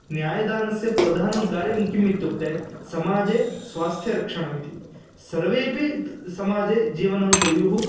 न्यायदानस्य प्रधानं कार्यं किम् इत्युक्ते समाजे स्वास्थ्यरक्षणम् इति सर्वेपि त् समाजे जीवनं कुर्युः